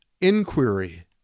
inquiry